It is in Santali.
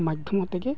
ᱢᱟᱫᱽᱫᱷᱚᱢ ᱟᱛᱮᱜᱮ